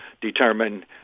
determine